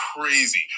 crazy